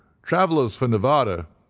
travellers for nevada,